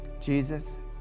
Jesus